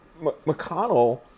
McConnell